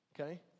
Okay